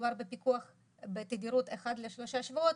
ומדובר בפיקוח בתדירות של אחד לשלושה שבועות.